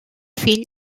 fill